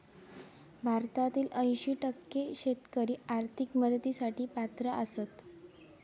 भारतातील ऐंशी टक्के शेतकरी आर्थिक मदतीसाठी पात्र आसत